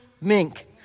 Mink